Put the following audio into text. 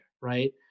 right